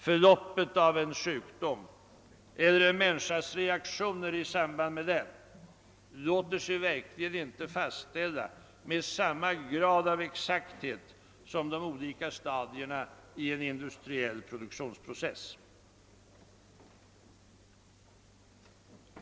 För loppet av en sjukdom eller en människas reaktioner i samband med den låter sig verkligen inte fastställa med samma grad av exakthet som de olika stadierna i en industriell produktionsprocess.